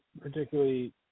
particularly